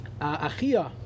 Achia